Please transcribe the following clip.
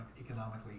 economically